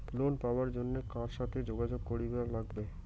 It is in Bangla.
লোন পাবার জন্যে কার সাথে যোগাযোগ করিবার লাগবে?